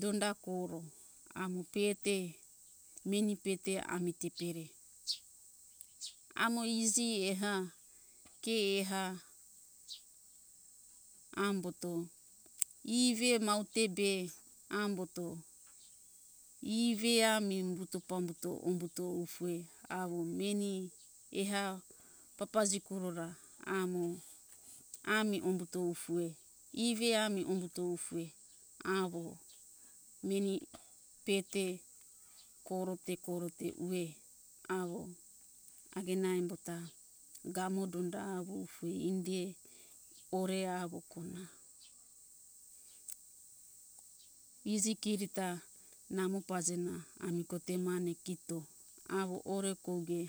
Donda koro amo pete meni pete ami te pere amo iji eha. ke eha amboto ie ve maute be amboto ie ve ami umboto pambuto umbuto ufue avo meni eha papaji kuro ra amo ami umbuto ufue ie ve ami ombuto fue avo meni pete koro be koro te ue avo agena embo ta gamo donda avo fue indie ue oro avo ko na iji kiri ta namo paje na ami ungo te mane kito avo ore kogue